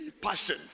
Passion